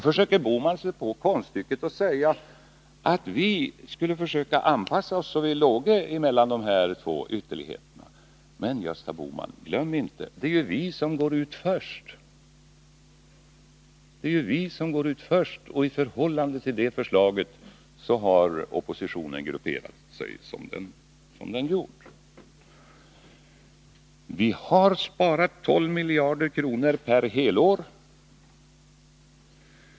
Gösta Bohman ger sig då på konststycket att säga att vi skulle försöka att anpassa oss så att vi ligger mellan dessa båda ytterligheter. Men glöm inte, Gösta Bohman, att det ju är vi som går ut först. I förhållande till vårt förslag har sedan oppositionen grupperat sig som den gjort. Vi har sparat 12 miljarder kronor per helår.